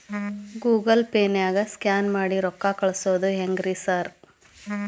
Google ಪೇನಾಗ scan ಮಾಡಿ ರೊಕ್ಕಾ ಕಳ್ಸೊದು ಹೆಂಗ್ರಿ ಸಾರ್?